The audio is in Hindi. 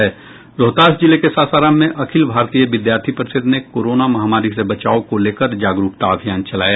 रोहतास जिले के सासाराम में अखिल भारतीय विद्यार्थी परिषद ने कोरोना महामारी से बचाव को लेकर जागरूकता अभियान चलाया